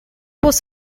was